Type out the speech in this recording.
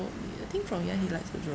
probably I think from young he likes to draw